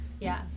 Yes